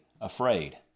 afraid